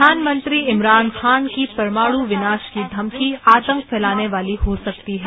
प्रधानमंत्री इमरान खान की परमाण विनाश की धमकी आतंक फैलाने वाली हो सकती है